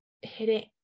hitting